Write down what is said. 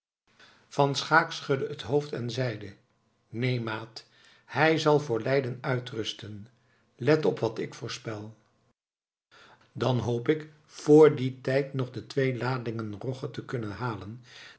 van schaeck schudde het hoofd en zeide neen maat hij zal voor leiden uitrusten let op wat ik voorspel dan hoop ik vr dien tijd nog de twee ladingen rogge te kunnen halen